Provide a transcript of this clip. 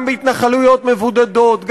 גם בהתנחלויות מבודדות,